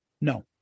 No